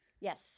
Yes